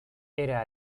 era